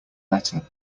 letter